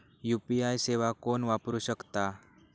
UPI सेवा कोण वापरू शकता?